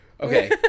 Okay